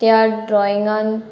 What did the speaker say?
त्या ड्रॉइंगान